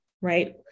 right